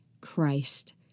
Christ